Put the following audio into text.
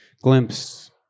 Glimpse